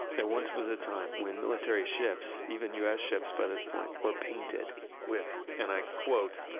it once was a time when military ships even us ships by this point were painted with and i quote,